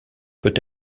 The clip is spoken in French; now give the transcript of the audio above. peut